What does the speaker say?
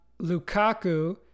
Lukaku